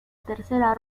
tercera